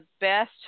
best